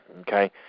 Okay